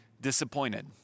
disappointed